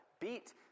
beat